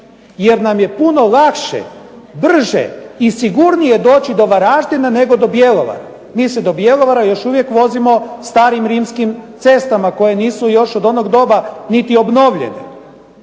jer nam je puno lakše, brže i sigurnije doći do Varaždina, nego do Bjelovara. Mi se do Bjelovara još uvijek vozimo starim rimskim cestama koje nisu još od onog doba niti obnovljene.